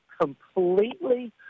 completely